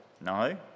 No